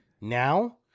Now